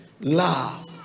love